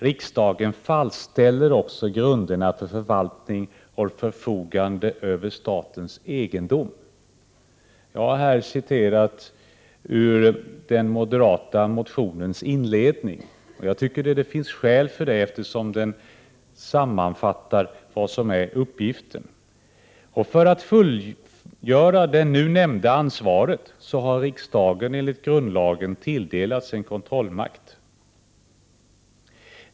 Riksdagen fastställer också grunderna för förvaltning och förfogande över statens egendom.” Jag har här citerat ur den moderata motionens inledning. Jag tycker det finns skäl till det, eftersom den sammanfattar vad som är uppgiften. För att fullgöra det nu nämnda ansvaret har riksdagen enligt grundlagen tilldelats en kontrollmakt.